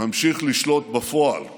ממשיך לשלוט בפועל בלבנון,